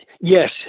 Yes